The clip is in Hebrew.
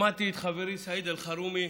שמעתי את חברי סעיד אלחרומי,